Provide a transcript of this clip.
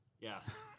Yes